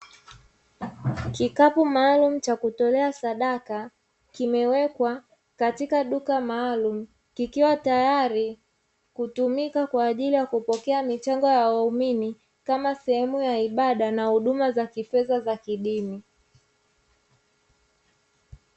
Kikapu maalumu cha kutolea sadaka, kimewekwa katika duka maalumu kikiwa tayari kutumika kwa ajili ya kupokea michango ya waumini kama sehemu ya ibada na huduma za kifedha za kidini.